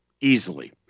Easily